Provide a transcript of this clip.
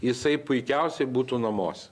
jisai puikiausiai būtų namuose